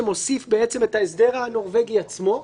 שמוסיף בעצם את ההסדר הנורבגי עצמו,